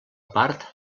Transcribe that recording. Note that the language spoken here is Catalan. part